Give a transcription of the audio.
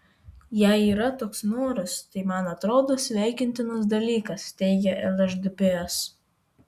jei yra toks noras tai man atrodo sveikintinas dalykas teigė lšdps